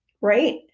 right